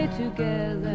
together